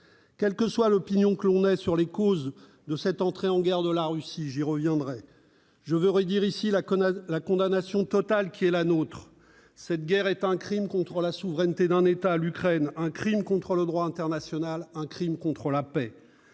Quelle que soit l'opinion que l'on ait sur les causes de cette entrée en guerre de la Russie- j'y reviendrai -, je veux redire ici la condamnation totale qui est la nôtre : cette guerre est un crime contre la souveraineté d'un État, l'Ukraine, un crime contre le droit international, un crime contre la paix.